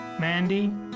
Mandy